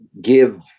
give